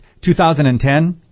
2010